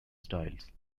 styles